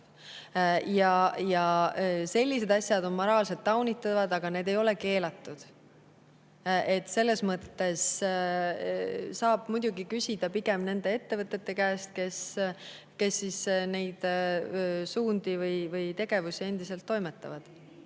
Sellised asjad on moraalselt taunitavad, aga need ei ole keelatud. Selles mõttes [tuleks] küsida pigem nende ettevõtete käest, kes nende suundade või tegevustega endiselt toimetavad.